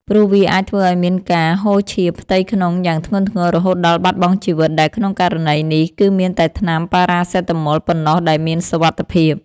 ព្រោះវាអាចធ្វើឱ្យមានការហូរឈាមផ្ទៃក្នុងយ៉ាងធ្ងន់ធ្ងររហូតដល់បាត់បង់ជីវិត ដែលក្នុងករណីនេះ គឺមានតែថ្នាំប៉ារ៉ាសេតាមុលប៉ុណ្ណោះដែលមានសុវត្ថិភាព។